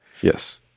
yes